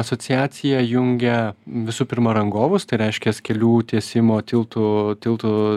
asociacija jungia visų pirma rangovus tai reiškias kelių tiesimo tiltų tiltų